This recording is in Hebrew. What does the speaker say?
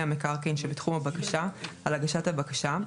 המקרקעין שבתחום הבקשה על הגשת הבקשה,